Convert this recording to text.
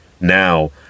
now